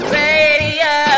radio